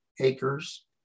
acres